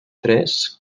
tres